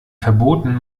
verboten